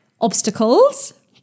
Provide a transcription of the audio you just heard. obstacles